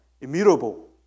immutable